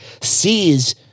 sees